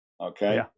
okay